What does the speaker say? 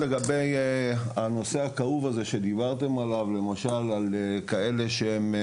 לגבי הנושא הכאוב שדיברתם עליו, על מרותקים,